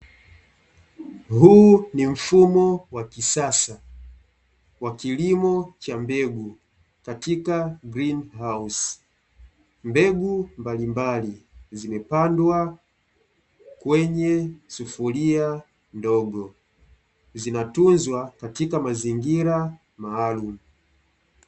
Huu ni mfumo wa kisasa, wa kilimo cha mbegu katika grini hausi, Mbegu mbalimbali zimepandwa kwenye sufuria ndogo, zinatunzwa katika mazingira maalumu.